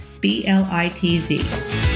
B-L-I-T-Z